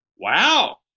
Wow